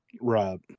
Right